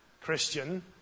Christian